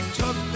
took